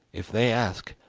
if they ask,